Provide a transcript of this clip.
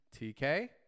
TK